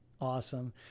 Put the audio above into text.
Awesome